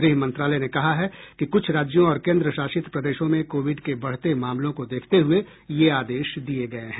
गृह मंत्रालय ने कहा है कि कुछ राज्यों और केन्द्र शासित प्रदेशों में कोविड के बढ़ते मामलों को देखते हुए ये आदेश दिये गये हैं